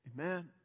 Amen